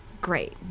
Great